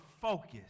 focus